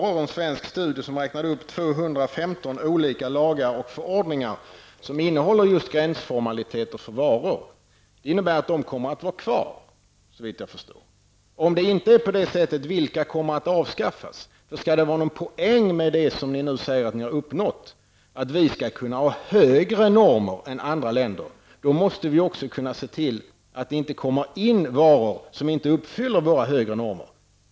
Det var en svensk studie som räknade upp 215 olika lagar och förordningar som innehåller just gränsformaliteter för varor. Nu kommer dessa, såvitt jag förstår, att vara kvar. Om det inte är så, vilka kommer att avskaffas? Skall det vara en poäng med det ni nu säger att ni uppnått -- att vi skall kunna ha högre normer än andra länder -- då måste vi också kunna se till att det inte kommer in varor som inte uppfyller våra högre normer.